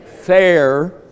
fair